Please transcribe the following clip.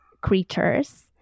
creatures